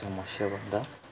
समस्या भन्दा